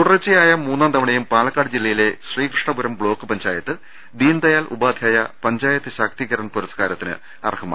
തുടർച്ചയായ മൂന്നാം തവണയും പാലക്കാട് ജില്ലയിലെ ശ്രീകൃ ഷ്ണപുരം ബ്ലോക്ക് പഞ്ചായത്ത് ദീൻദയാൽ ഉപാധ്യായ പഞ്ചായത്ത് ശാക്തീകരൺ പുരസ്കാരത്തിന് അർഹമായി